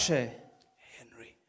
Henry